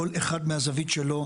כל אחד מהזווית שלו,